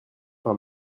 par